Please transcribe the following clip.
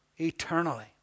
eternally